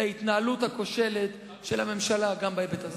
להתנהלות הכושלת של הממשלה גם בהיבט הזה.